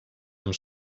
amb